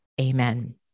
Amen